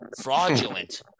fraudulent